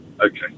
Okay